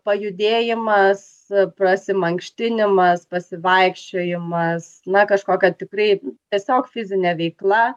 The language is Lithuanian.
pajudėjimas prasimankštinimas pasivaikščiojimas na kažkokia tikrai tiesiog fizinė veikla